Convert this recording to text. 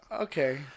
Okay